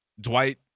dwight